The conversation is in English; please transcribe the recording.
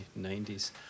90s